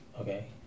Okay